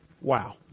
Wow